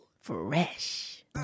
Fresh